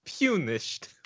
punished